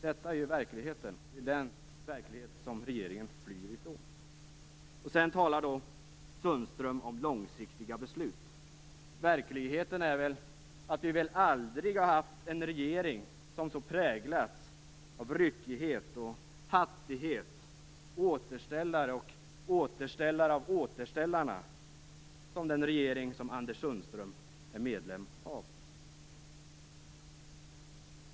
Detta är verkligheten, och det är den verklighet som regeringen flyr ifrån. Sedan talar Sundström om långsiktiga beslut. Verkligheten är att vi väl aldrig har haft en regering som så präglats av ryckighet och hattighet, återställare och återställare av återställarna som den regering som Anders Sundström är medlem av.